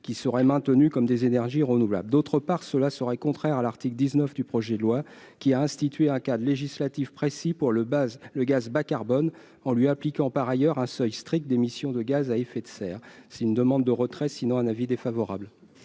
qui resteraient considérés comme des énergies renouvelables. D'autre part, cela serait contraire à l'article 19 du projet de loi, qui a institué un cadre législatif précis pour le gaz bas-carbone, en lui appliquant par ailleurs un seuil strict d'émissions de gaz à effet de serre (GES). La commission demande le retrait de cet amendement.